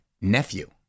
nephew